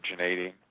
originating